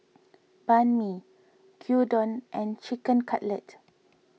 Banh Mi Gyudon and Chicken Cutlet